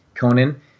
Conan